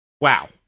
Wow